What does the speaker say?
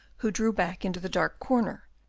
who drew back into the dark corner,